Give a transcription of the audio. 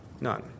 None